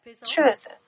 truth